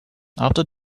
after